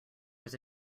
was